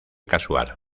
casual